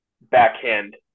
backhand